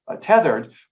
tethered